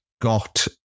got